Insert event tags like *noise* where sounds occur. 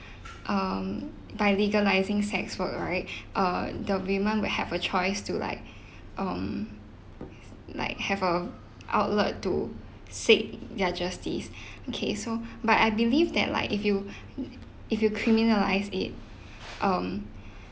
um by legalising sex work right *breath* uh the women will have a choice to like um like have a outlet to seek their justice *breath* okay so but I believe that like if you if you criminalise it um